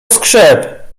skrzep